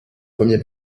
premiers